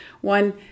One